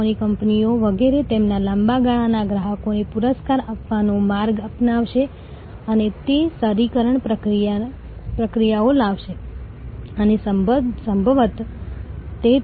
અને પછી હા સેવા ગ્રાહક જે તમારી સાથે બંધાયેલ છે તે ઉચ્ચ સ્તરની સેવા માટે વધુ સુધારી શકાય તેવું વલણ ધરાવે છે